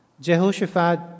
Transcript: Jehoshaphat